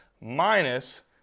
minus